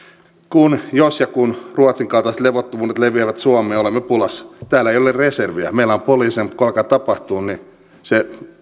jos ja kun ruotsin kaltaiset levottomuudet leviävät suomeen olemme pulassa täällä ei ole reserviä meillä on poliiseja mutta kun alkaa tapahtua niin se